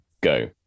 go